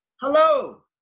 Hello